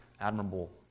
admirable